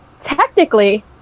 Technically